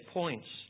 points